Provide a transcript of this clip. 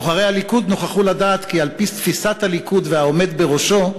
בוחרי הליכוד נוכחו לדעת כי על-פי תפיסת הליכוד והעומד בראשו,